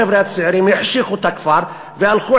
החבר'ה הצעירים החשיכו את הכפר והלכו